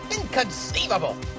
Inconceivable